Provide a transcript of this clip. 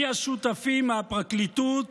מי השותפים מהפרקליטות,